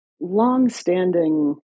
longstanding